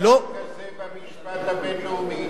אין כלל כזה במשפט הבין-לאומי.